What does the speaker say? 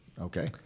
okay